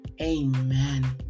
Amen